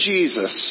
Jesus